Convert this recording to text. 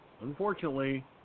unfortunately